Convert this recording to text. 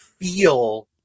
feel